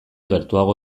gertuago